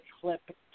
clip